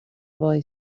boy